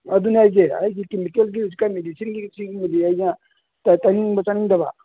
ꯑꯗꯨꯅꯦ ꯍꯥꯏꯁꯦ ꯑꯩꯁꯨ ꯀꯦꯃꯤꯀꯦꯜꯒꯤ ꯍꯧꯖꯤꯛꯀꯥꯟ ꯃꯦꯗꯤꯁꯤꯟꯒꯤ ꯁꯤꯒꯨꯝꯕꯗꯤ ꯑꯩꯅ ꯇꯩꯅꯤꯡꯕ ꯆꯥꯅꯤꯡꯗꯕ